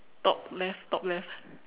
top left top left